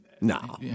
No